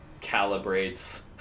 calibrates